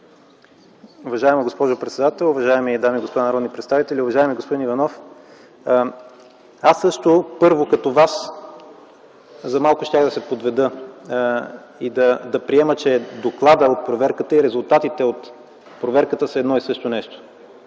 Уважаема госпожо председател, уважаеми дами и господа народни представители! Уважаеми господин Иванов, аз също като Вас за малко щях да се подведа и да приема, че докладът от проверката и резултатите от нея са едно и също нещо,